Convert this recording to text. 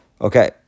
Okay